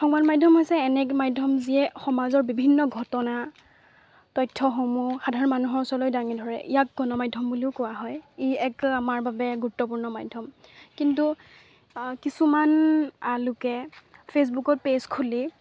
সংবাদ মাধ্যম হৈছে এনে এক মাধ্যম যিয়ে সমাজৰ বিভিন্ন ঘটনা তথ্যসমূহ সাধাৰণ মানুহৰ ওচৰলৈ দাঙি ধৰে ইয়াক গণমাধ্যম বুলিও কোৱা হয় ই এক আমাৰ বাবে গুৰুত্বপূৰ্ণ মাধ্যম কিন্তু কিছুমান লোকে ফে'চবুকত পেজ খুলি